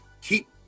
keep